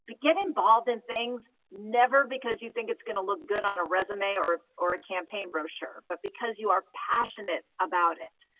get involved in things never because you think it's going to look good on a resume or or a campaign brochure, but because you are passionate about it,